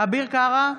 אביר קארה,